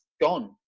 gone